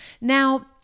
Now